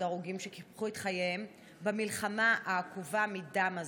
הרוגים שקיפחו את חייהם במלחמה העקובה מדם הזאת.